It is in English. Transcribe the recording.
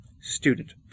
student